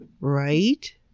Right